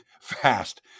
fast